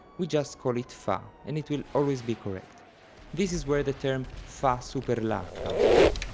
we just call it fa and it will always be correct this is where the term fa ah super la comes from.